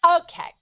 Okay